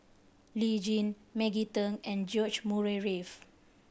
Lee Tjin Maggie Teng and George Murray Reith